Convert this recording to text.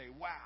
wow